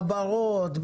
מעברות,